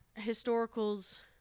historicals